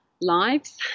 lives